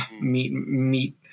meat